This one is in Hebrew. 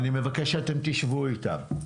אני מבקש שאתם תשבו איתם.